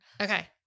Okay